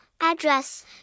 address